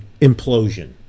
implosion